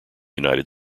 united